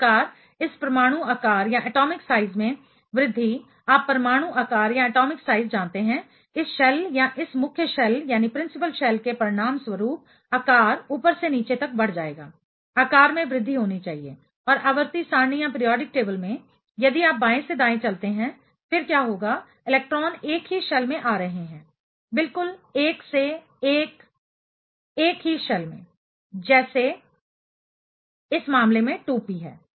इस प्रकार इस परमाणु आकार में वृद्धि आप परमाणु आकार जानते हैं इस शेल या इस मुख्य शेल के परिणामस्वरूप आकार ऊपर से नीचे तक बढ़ जाएगा आकार में वृद्धि होनी चाहिए और आवर्ती सारणी पीरियाडिक टेबल में यदि आप बाएं से दाएं चलते हैं फिर क्या होगा इलेक्ट्रॉन एक ही शेल में आ रहे हैं बिल्कुल 1 से 1 एक ही शेल में जैसे इस मामले में 2p है